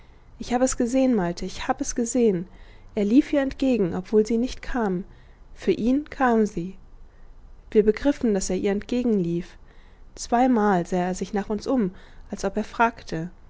ich hab es gesehen malte ich hab es gesehen er lief ihr entgegen obwohl sie nicht kam für ihn kam sie wir begriffen daß er ihr entgegenlief zweimal sah er sich nach uns um als ob er fragte